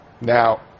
Now